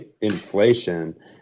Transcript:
inflation